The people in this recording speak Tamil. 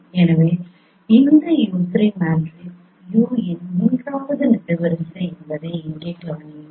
எனவே இந்த u3 மேட்ரிக்ஸ் U இன் மூன்றாவது நெடுவரிசை என்பதை இங்கே கவனியுங்கள்